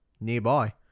Nearby